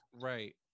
Right